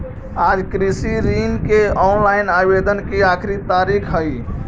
आज कृषि ऋण के ऑनलाइन आवेदन की आखिरी तारीख हई